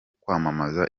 kwamamaza